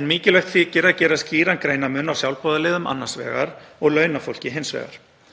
en mikilvægt þykir að gera skýran greinarmun á sjálfboðaliðum annars vegar og launafólki hins vegar.